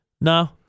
No